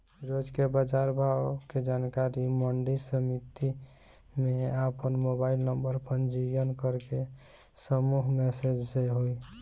रोज के बाजार भाव के जानकारी मंडी समिति में आपन मोबाइल नंबर पंजीयन करके समूह मैसेज से होई?